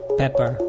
pepper